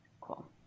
Cool